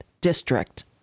district